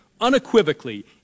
unequivocally